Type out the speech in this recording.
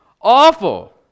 Awful